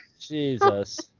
Jesus